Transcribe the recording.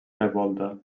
revolta